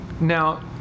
Now